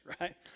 right